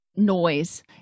noise